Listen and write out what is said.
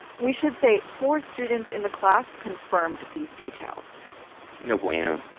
we should say, four students in the class confirmed these details no bueno.